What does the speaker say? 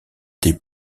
des